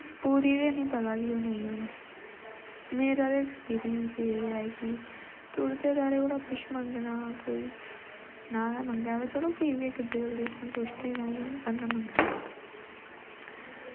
पूरी ते असें पता के ओह् नेंई होनी मेरा ते अक्सपीरिंय एह् ऐ कि टुटदे तारे कोला बिश मंगना कोई ना गै मंगै पर फ्ही बी दिस दा संतुष्टी तांई बंदा मंगी लै